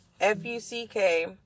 f-u-c-k